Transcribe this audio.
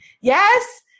Yes